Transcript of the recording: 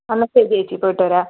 എന്നാൽ ശരി ചേച്ചി പോയിട്ട് വരാം